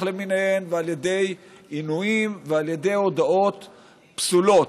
למיניהן ועל ידי עינויים ועל ידי הודאות פסולות.